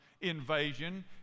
invasion